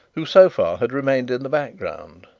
who so far had remained in the background.